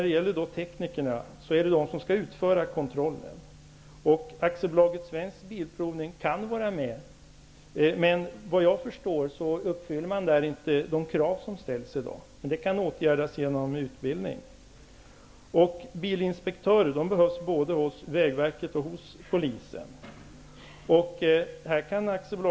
Det är teknikerna som skall utföra kontrollen. AB Svensk Bilprovning kan vara med. Men som jag förstår uppfyller man inte på Svensk Bilprovning de krav som i dag ställs. Det kan dock åtgärdas genom utbildning. Både hos Vägverket och hos Polisen behövs det bilinspektörer.